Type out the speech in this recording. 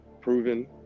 proven